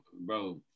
bro